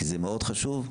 כי זה מאוד חשוב,